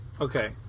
Okay